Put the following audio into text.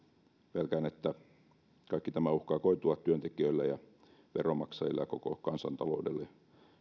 pelkään että tämä kaikki uhkaa koitua työntekijöille veronmaksajille ja koko kansantaloudelle